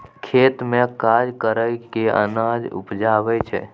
खेत मे काज कय केँ अनाज उपजाबै छै